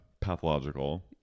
pathological